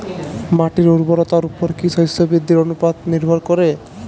মাটির উর্বরতার উপর কী শস্য বৃদ্ধির অনুপাত নির্ভর করে?